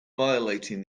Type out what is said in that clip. violating